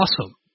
awesome